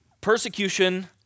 Persecution